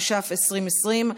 התש"ף 2020,